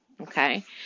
Okay